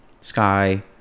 sky